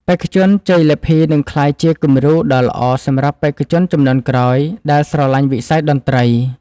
បេក្ខជនជ័យលាភីនឹងក្លាយជាគំរូដ៏ល្អសម្រាប់យុវជនជំនាន់ក្រោយដែលស្រឡាញ់វិស័យតន្ត្រី។